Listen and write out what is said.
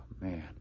man